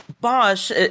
Bosch